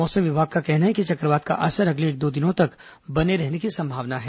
मौसम विभाग का कहना है कि चक्रवात का असर अगले एक दो दिनों तक बने रहने की संभावना है